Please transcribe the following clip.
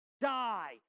die